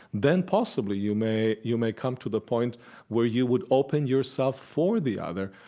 then possibly you may you may come to the point where you would open yourself for the other,